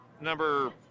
number –